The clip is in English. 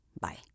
Bye